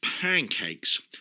pancakes